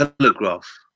telegraph